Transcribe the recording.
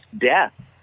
death